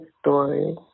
story